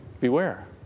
beware